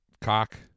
Cock